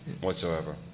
whatsoever